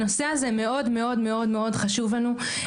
הנושא הזה מאוד מאוד מאוד חשוב לנו.